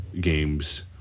games